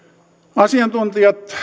asiantuntijat